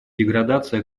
деградации